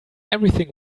everything